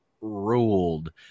ruled